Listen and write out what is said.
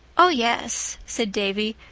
oh, yes, said davy,